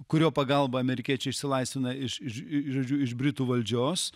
kurio pagalba amerikiečiai išsilaisvina iš iš žodžiu iš britų valdžios